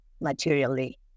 materially